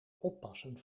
oppassen